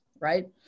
right